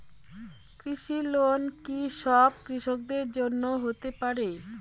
কৃষি লোন কি সব কৃষকদের জন্য হতে পারে?